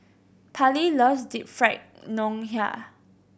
Parley loves Deep Fried Ngoh Hiang